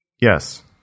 Yes